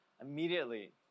immediately